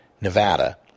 Nevada